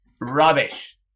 Rubbish